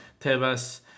Tebas